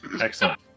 Excellent